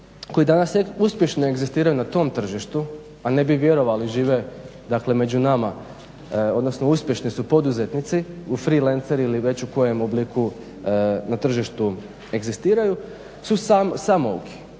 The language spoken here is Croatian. koji danas uspješno egzistiraju na tom tržištu, a ne bi vjerovali žive, dakle među nama odnosno uspješni su poduzetnici u freelancer ili već u kojem obliku na tržištu egzistiraju su samouki.